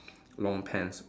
long pants